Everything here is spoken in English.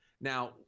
Now